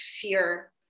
fear